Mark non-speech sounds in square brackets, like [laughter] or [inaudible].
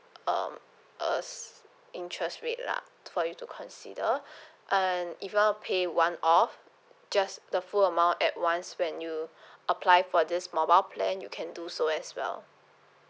um a s~ interest rate lah for you to consider [breath] and if you want to pay one off just the full amount at once when you apply for this mobile plan you can do so as well